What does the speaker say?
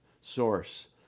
source